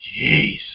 Jeez